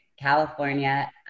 California